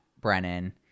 Brennan